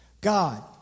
God